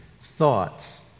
thoughts